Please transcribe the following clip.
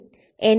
ഇനി N1 N2 I2 I1